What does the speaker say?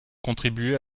contribuer